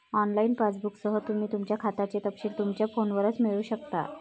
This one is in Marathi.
ऑनलाइन पासबुकसह, तुम्ही तुमच्या खात्याचे तपशील तुमच्या फोनवरच मिळवू शकता